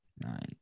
nine